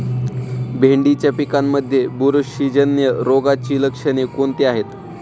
भेंडीच्या पिकांमध्ये बुरशीजन्य रोगाची लक्षणे कोणती आहेत?